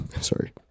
Sorry